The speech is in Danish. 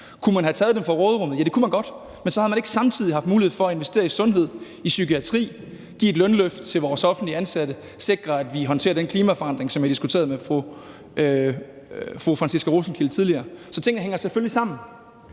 Kunne man have taget dem fra råderummet? Ja, det kunne man godt. Men så havde man ikke samtidig haft mulighed for at investere i sundhedsvæsenet, i psykiatrien, give et lønløft til vores offentligt ansatte, sikre, at vi håndterer den klimaforandring, som jeg også diskuterede med fru Franciska Rosenkilde tidligere. Så tingene hænger selvfølgelig sammen.